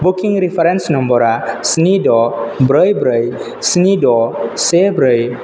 booking reference नम्बरा स्नि द' ब्रै ब्रै स्नि द' से ब्रै